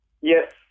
yes